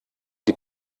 die